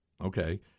Okay